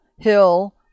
hill